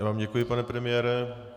Já vám děkuji, pane premiére.